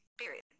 Period